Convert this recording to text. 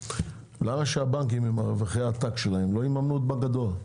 למה שהבנקים עם רווחי העתק שלהם לא יממנו את בנק הדואר?